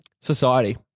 Society